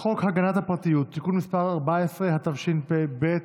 למשרד החינוך את שטחי הפעולה של אגף מעונות היום בתחום מעונות היום